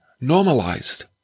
normalized